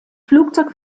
flugzeug